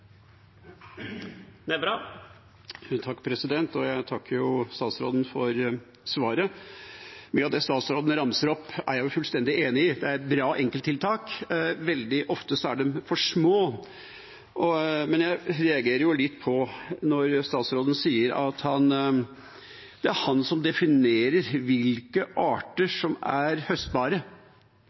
jeg fullstendig enig i. Det er bra enkelttiltak, men veldig ofte er de for små. Jeg reagerer litt når statsråden sier at det er han som definerer hvilke arter som er høstbare.